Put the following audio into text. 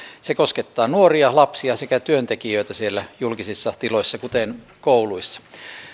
se koskettaa nuoria lapsia sekä työntekijöitä siellä julkisissa tiloissa kuten kouluissa